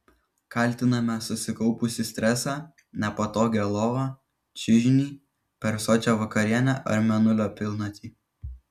kaltiname susikaupusį stresą nepatogią lovą čiužinį per sočią vakarienę ar mėnulio pilnatį